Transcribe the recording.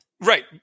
Right